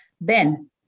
Ben